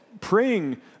praying